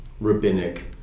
rabbinic